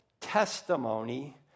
testimony